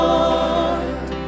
Lord